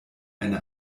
eine